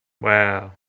wow